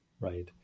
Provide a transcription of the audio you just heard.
Right